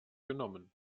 genommen